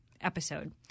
episode